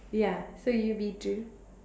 ya so you will be Drew